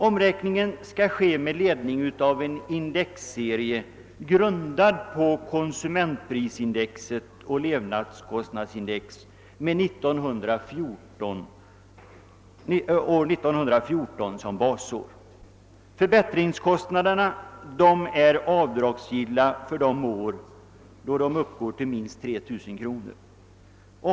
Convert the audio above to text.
Omräkningen skall ske enligt en indexserie, grundad på konsumentprisindex och levnadskostnadsindex med 1914 som basår. Förbättringskostnaderna är avdragsgilla de år de uppgår till minst 3 000 kronor.